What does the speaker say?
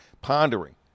Pondering